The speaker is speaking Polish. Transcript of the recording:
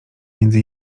między